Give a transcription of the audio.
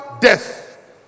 death